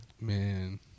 man